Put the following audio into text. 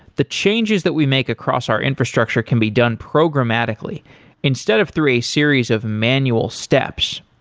the changes that we make across our infrastructure can be done programmatically instead of through a series of manual steps.